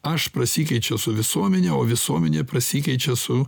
aš prasikeičiau su visuomene o visuomenė prasikeičia su